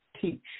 teach